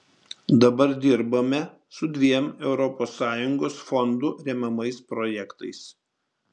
dabar dirbame su dviem europos sąjungos fondų remiamais projektais